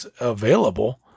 available